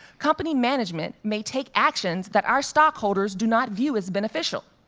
company management may take actions that our stockholders do not view as beneficial.